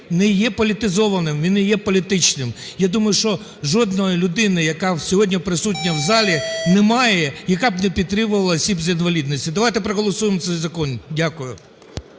не є політизованим, він не є політичним. Я думаю, що жодної людини, яка сьогодні присутня в залі, немає, яка б не підтримувала осіб з інвалідністю. Давайте проголосуємо цей закон. Дякую.